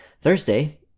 Thursday